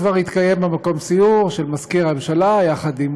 כבר התקיים במקום סיור של מזכיר הממשלה יחד עם